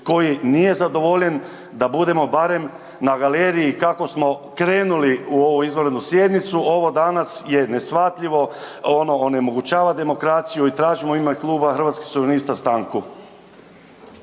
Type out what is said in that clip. koji nije zadovoljen da budemo barem na galeriji kako smo krenuli u ovu izvanrednu sjednicu, ovo danas je neshvatljivo ono onemogućava demokraciju i tražimo u ime Kluba Hrvatskih suverenista stanku.